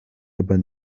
aber